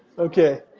okay.